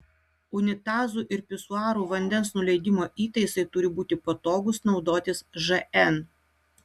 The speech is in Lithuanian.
unitazų ir pisuarų vandens nuleidimo įtaisai turi būti patogūs naudotis žn